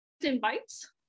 invites